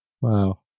Wow